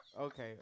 okay